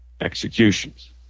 executions